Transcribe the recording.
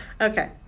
Okay